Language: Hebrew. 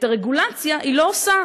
את הרגולציה היא לא עושה.